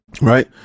right